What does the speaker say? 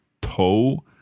toe